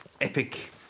epic